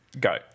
go